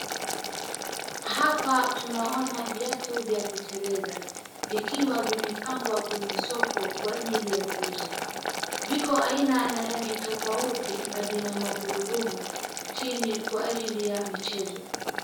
Hapa tunaona viatu vya kuteleza vikiwa vimepangwa kwenye soko kwa ajili ya kuuza. Viko aina na rangi tofauti na vina magurudumu chini kwa ajili ya michezo.